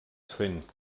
fent